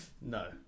No